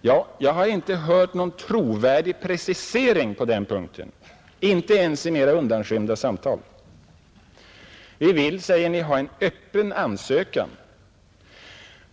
Ja, jag har inte hört någon trovärdig precisering på den punkten, inte ens i mera undanskymda samtal. Vi vill, säger ni, ha en ”öppen ansökan”.